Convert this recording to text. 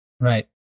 Right